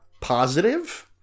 positive